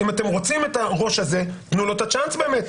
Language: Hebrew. אם אתם רוצים את הראש הזה תנו לו את הצ'אנס באמת.